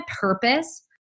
purpose